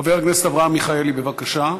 חבר הכנסת אברהם מיכאלי, בבקשה.